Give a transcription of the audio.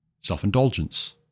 self-indulgence